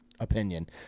opinion